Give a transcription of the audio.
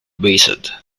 based